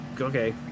okay